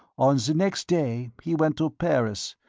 on the next day he went to paris,